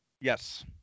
Yes